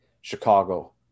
Chicago